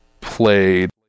played